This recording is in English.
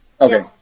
Okay